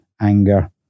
anger